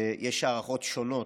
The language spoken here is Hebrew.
יש הערכות שונות,